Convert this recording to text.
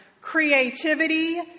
creativity